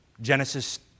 Genesis